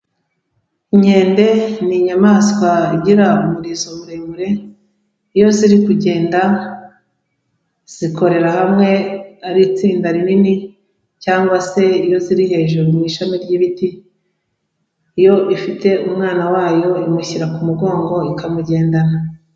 Inkende ni inyamaswa igira umurizo muremure, iyo ziri kugenda zikorera hamwe ari itsinda rinini cyangwa se iyo ziri hejuru mu ishami ry'ibiti, iyo ifite umwana wayo imushyira ku mugongo ikamugendana.